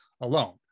alone